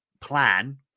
plan